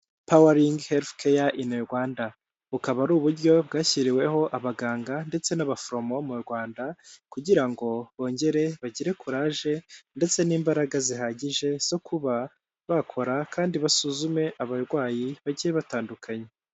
Powering health care in Rwanda. Bukaba ari uburyo bwashyiriweho abaganga, ndetse n'abaforomo mu Rwanda, kugira ngo bongere bagire kuraje, ndetse n'imbaraga zihagije, zo kuba bakora, kandi basuzume abarwayi bagiye batandukanye.